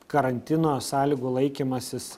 karantino sąlygų laikymasis